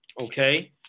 okay